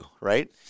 right